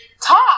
talk